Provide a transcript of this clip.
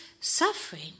suffering